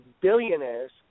billionaires